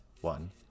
one